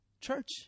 Church